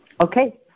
Okay